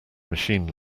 machine